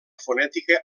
fonètica